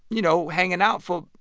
you know, hanging out for,